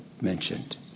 mentioned